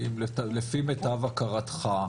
האם לפי מיטב הכרתך,